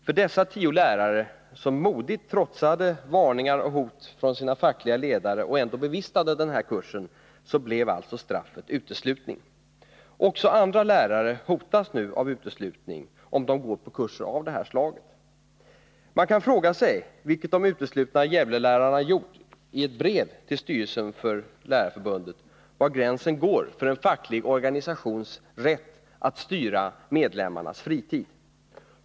För dessa tio lärare, som modigt trotsade varningar och hot från sina fackliga ledare och ändå bevistade kursen, blev straffet alltså uteslutning. Också andra lärare hotas nu av uteslutning om de går på kurser av det här slaget. Man kan fråga sig, vilket de uteslutna Gävlelärarna har gjort i ett brev till styrelsen för Lärarförbundet, var gränsen går för en facklig organisations rätt att styra medlemmarnas fritid.